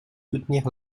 soutenir